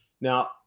now